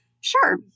sure